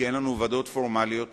כי אין לנו ועדות פורמליות היום,